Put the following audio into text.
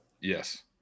Yes